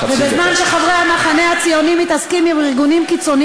חבר הכנסת בר.